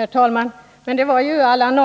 Herr talman! Det var Allan